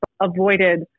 avoided